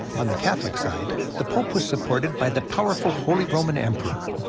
on the catholic side, the pope was supported by the powerful holy roman emperor.